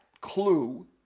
clue